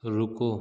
रुको